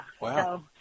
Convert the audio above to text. Wow